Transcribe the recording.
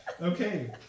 Okay